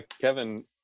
Kevin